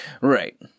Right